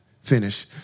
finish